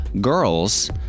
girls